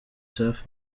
safi